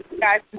guys